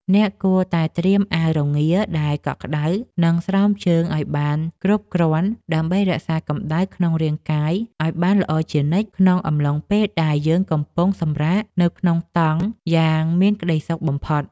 អ្នកគួរតែត្រៀមអាវរងាដែលកក់ក្ដៅ និង ស្រោមជើងឱ្យបានគ្រប់គ្រាន់ដើម្បីរក្សាកម្ដៅក្នុងរាងកាយឱ្យបានល្អជានិច្ចក្នុងអំឡុងពេលដែលយើងកំពុងសម្រាកនៅក្នុងតង់យ៉ាងមានក្តីសុខបំផុត។